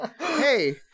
Hey